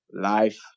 life